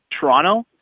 Toronto